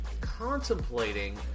contemplating